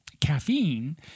Caffeine